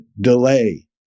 delay